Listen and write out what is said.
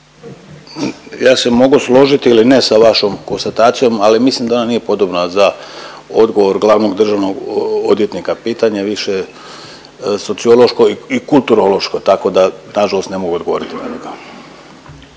Ja se mogu složiti ili ne sa vašom konstatacijom ali mislim da ona nije podobna za odgovor glavnog državnog odvjetnika. Pitanje je više sociološko i kulturološko tako da nažalost ne mogu odgovoriti na to.